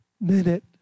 minute